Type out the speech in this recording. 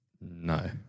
No